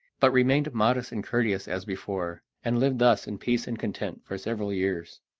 but remained modest and courteous as before, and lived thus in peace and content for several years.